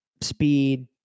speed